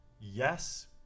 yes